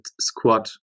squat